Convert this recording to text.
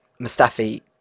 Mustafi